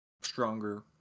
stronger